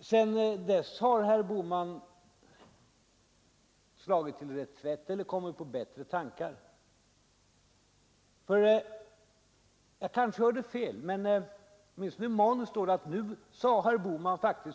Sedan dess har herr Bohman slagit till reträtt eller kommit på bättre tankar. Åtminstone i hans manuskript står det att Sverige i mångt och mycket är ett föregångsland. Jag vet inte om herr Bohman fullföljde detta i sitt anförande — det var kanske för magstarkt.